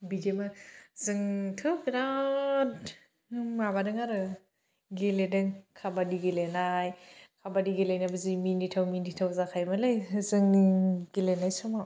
बिदिमोन जोंथ' बिराद माबादों आरो गेलेदों काबादि गेलेनाय काबादि गेलेनायाबो जि मिनिथाव मिनिथाव जाखायोमोनलै जोंनि गेलेनाय समाव